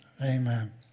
Amen